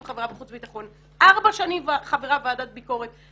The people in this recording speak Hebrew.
חברה בוועדת חוץ וביטחון ובוועדת ביקורת.